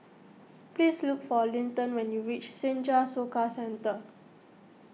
please look for Linton when you reach Senja Soka Centre